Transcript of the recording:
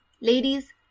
Ladies